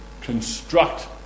construct